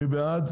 מי בעד?